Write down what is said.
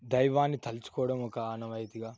దైవాన్ని తలుచుకోవడం ఒక ఆనవాయితీగా